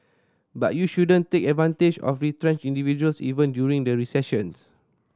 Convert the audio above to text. but you shouldn't take advantage of retrenched individuals even during a recession